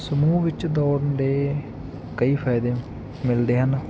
ਸਮੂਹ ਵਿੱਚ ਦੌੜਨ ਦੇ ਕਈ ਫ਼ਾਇਦੇ ਮਿਲਦੇ ਹਨ